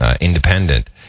independent